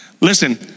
Listen